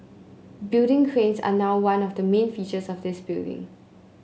building cranes are now one of the main features of this building